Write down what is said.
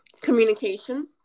Communication